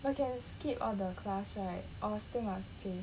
but can skip all the class right or still must pay